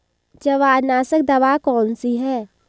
जवारनाशक दवा कौन सी है?